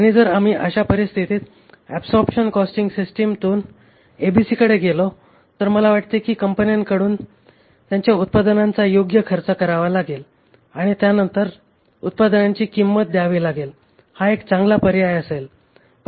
आणि जर आम्ही अशा परिस्थितीत ऍबसॉरबशन कॉस्टिंग सिस्टीमतून एबीसीकडे गेलो तर मला वाटते की कंपन्यांकडून त्यांच्या उत्पादनांचा योग्य खर्च करावा लागेल आणि नंतर उत्पादनांची किंमत द्यावी लागेल हा एक चांगला पर्याय असेल